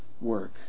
work